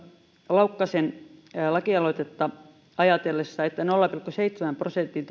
laukkasen lakialoitetta ajatellessa nolla pilkku seitsemän prosentin